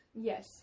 yes